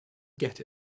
get